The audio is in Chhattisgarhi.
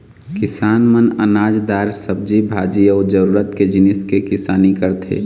किसान मन अनाज, दार, सब्जी भाजी अउ जरूरत के जिनिस के किसानी करथे